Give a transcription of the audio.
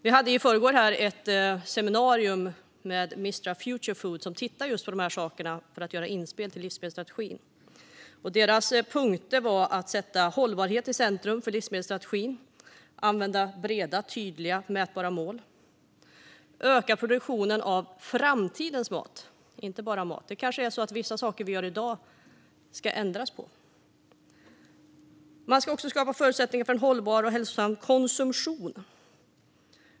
Vi hade i förrgår ett seminarium med Mistra Food Futures, som tittar just på dessa saker för att göra inspel till livsmedelsstrategin. Deras punkter var att sätta hållbarhet i centrum för livsmedelsstrategin, att använda breda, tydliga och mätbara mål och att öka produktionen av framtidens mat - inte bara mat. Kanske ska vissa saker som görs i dag ändras. Man ska också skapa förutsättningar för en hållbar och hälsosam konsumtion.